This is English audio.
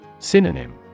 Synonym